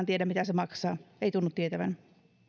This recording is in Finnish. tiedä mitä se maksaa ei tunnu tietävän